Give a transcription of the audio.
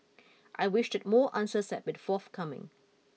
I wish that more answers had been forthcoming